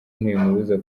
ntibimubuza